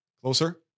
closer